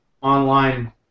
Online